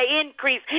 Increase